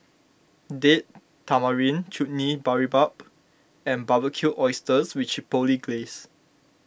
Date Tamarind Chutney Boribap and Barbecued Oysters with Chipotle Glaze